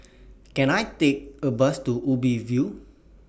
Can I Take A Bus to Ubi View